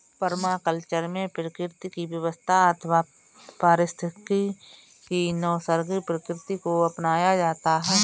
permaculture में प्रकृति की व्यवस्था अथवा पारिस्थितिकी की नैसर्गिक प्रकृति को अपनाया जाता है